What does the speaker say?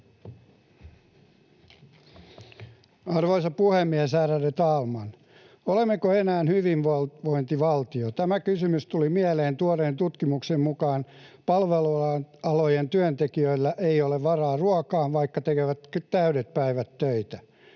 Arvoisa puhemies, ärade talman! Olemmeko enää hyvinvointivaltio? Tämä kysymys tuli mieleen, kun tuoreen tutkimuksen mukaan palvelualojen työntekijöillä ei ole varaa ruokaan, vaikka tekevät täydet päivät töitä.